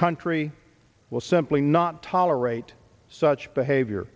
country will simply not tolerate such behavior